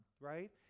Right